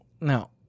No